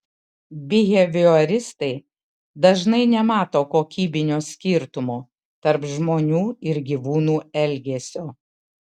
bihevioristai dažnai nemato kokybinio skirtumo tarp žmonių ir gyvūnų elgesio